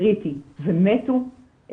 קריטי, ומתו.